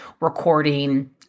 recording